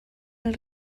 del